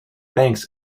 banks